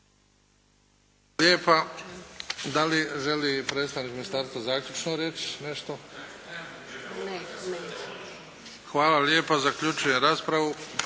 Hvala lijepo. Zaključujem raspravu.